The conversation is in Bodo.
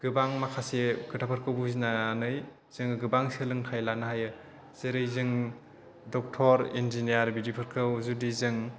गोबां माखासे खोथाफोरखौ बुजिनानै जोङो गोबां सोलोंथाइ लानो हायो जेरै जों डक्ट'र इन्जिनियार बिदिफोरखौ जुदि जों